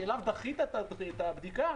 שאליו דחית את הבדיקה,